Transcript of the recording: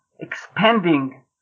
expanding